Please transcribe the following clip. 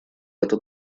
это